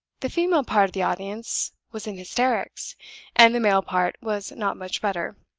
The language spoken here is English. the female part of the audience was in hysterics and the male part was not much better.